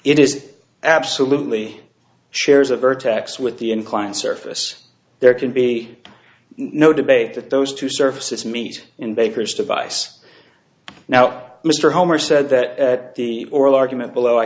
it is absolutely shares of vertex with the incline surface there can be no debate that those two surfaces meet in baker's device now mr homer said that the oral argument below i